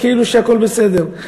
כאילו שהכול בסדר.